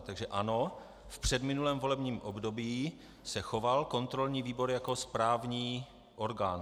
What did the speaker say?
Takže ano, v předminulém volebním období se choval kontrolní výbor jako správní orgán.